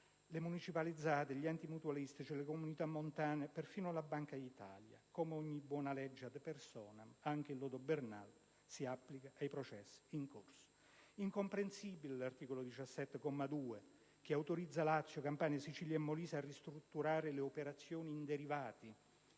municipalizzate, enti mutualistici, comunità montane, e perfino la Banca d'Italia. Come ogni buona legge *ad personam*, anche il lodo Bernardo si applica ai processi in corso. Incomprensibile l'articolo 17, comma 2, che autorizza Lazio, Campania, Sicilia e Molise a ristrutturare le operazioni in derivati,